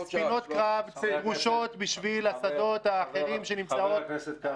-- וספינות קרב דרושות בשביל --- חבר הכנסת קרעי.